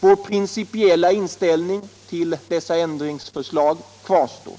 Vår principiella inställning till dessa ändringsförslag kvarstår.